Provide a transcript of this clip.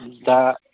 दा